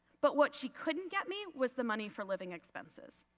but what she couldn't get me was the money for living expenses.